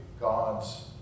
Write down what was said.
God's